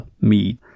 meat